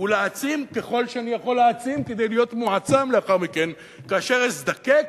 ולהעצים ככל שאני יכול להעצים כדי להיות מועצם לאחר מכן כאשר אזדקק,